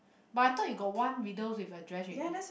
but I thought you got one widow with address already